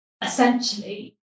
essentially